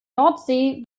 nordsee